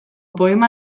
poema